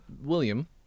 William